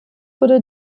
wurde